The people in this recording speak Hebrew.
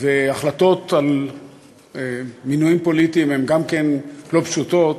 והחלטות על מינויים פוליטיים הן גם כן לא פשוטות,